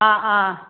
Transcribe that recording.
ह हा